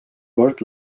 kord